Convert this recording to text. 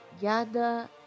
yada